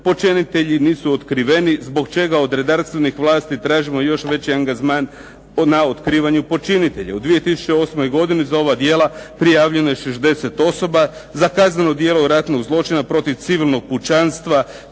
počinitelji nisu otkriveni zbog čega od redarstvenih vlasti tražimo još veći angažman na otkrivanju počinitelja." U 2008. godini za ova djela prijavljeno je 60 osoba. Za kazneno djelo ratnog zločina protiv civilnog pučanstva